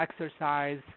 exercise